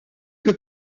que